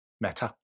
Meta